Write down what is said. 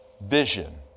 Vision